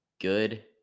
good